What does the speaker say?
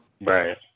Right